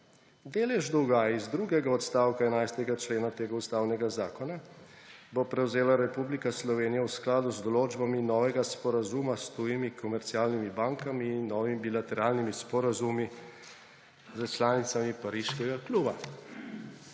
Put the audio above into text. »Delež dolga iz drugega odstavka 11. člena tega ustavnega zakona bo prevzela Republika Slovenije v skladu z določbami novega sporazuma s tujimi komercialnimi bankami in novim bilateralnimi sporazumu s članicami Pariškega kluba.«